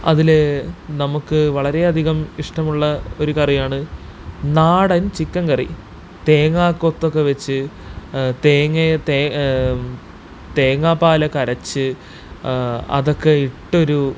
അതിൽ നമുക്ക് വളരെയധികം ഇഷ്ടമുള്ള ഒരു കറിയാണ് നാടൻ ചിക്കൻ കറി തേങ്ങാക്കൊത്തൊക്കെ വെച്ച് തേങ്ങ തേങ്ങാപ്പാലൊക്കെ അരച്ച് അതൊക്കെ ഇട്ടൊരു